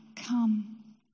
Come